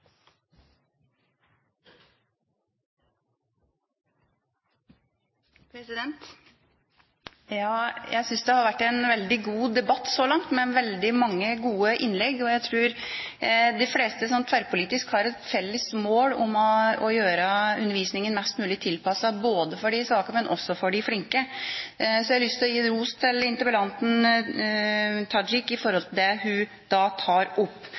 Jeg synes det har vært en veldig god debatt så langt, med veldig mange gode innlegg. Jeg tror de fleste, tverrpolitisk, har et felles mål om å gjøre undervisningen mest mulig tilpasset både de svake og de flinke. Så jeg har lyst til å gi ros til interpellanten Tajik for det hun tar opp. Jeg har også lyst til å bidra til å understreke det hun